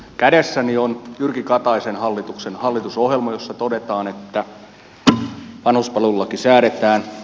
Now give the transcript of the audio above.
kädessäni on jyrki kataisen hallituksen hallitusohjelma jossa todetaan että vanhuspalvelulaki säädetään